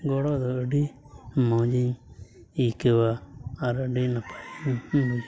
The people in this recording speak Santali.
ᱜᱚᱲᱚ ᱫᱚ ᱟᱹᱰᱤ ᱢᱚᱡᱽᱤᱧ ᱟᱹᱭᱠᱟᱹᱣᱟ ᱟᱨ ᱟᱹᱰᱤ ᱱᱟᱯᱟᱭ ᱤᱧ ᱵᱩᱡᱷᱟᱹᱣᱟ